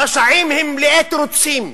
רשעים הם מלאי תירוצים,